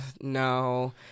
no